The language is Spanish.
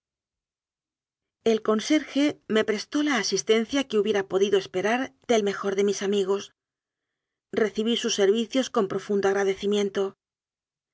el conserje me prestó la asistencia que hubiera podido esperar del mejor de mis amigos recibí sus servicios con profundo agradecimiento